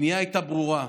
הפנייה הייתה ברורה: